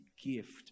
gift